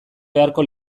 beharko